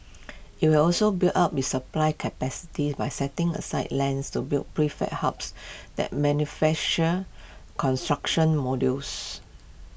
IT will also build up its supply capacity by setting aside lands to build prefab hubs that manufacture construction modules